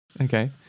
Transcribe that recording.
Okay